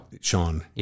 Sean